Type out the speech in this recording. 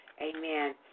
amen